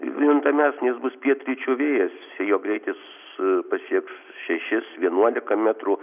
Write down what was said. juntamesnis bus pietryčių vėjas jo greitis pasieks šešis vienuolika metrų